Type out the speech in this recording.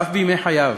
ואף בימי חייו,